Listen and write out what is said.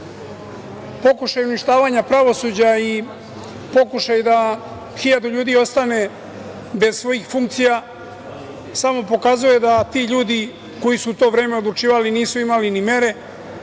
državi. Pokušaj uništavanja pravosuđa i pokušaj da hiljadu ljudi ostane bez svojih funkcija samo pokazuje da ti ljudi koji su u to vreme odlučivali nisu imali ni mere,